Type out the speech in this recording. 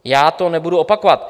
Já to nebudu opakovat.